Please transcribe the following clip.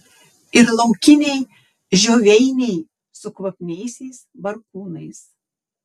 ir laukiniai žioveiniai su kvapniaisiais barkūnais